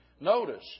Notice